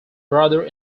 brother